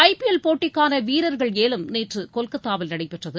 ஐ P L போட்டிக்கான வீரர்கள் ஏலம் நேற்று கொல்கத்தாவில் நடைபெற்றது